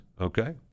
Okay